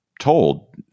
Told